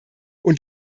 und